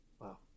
Wow